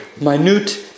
minute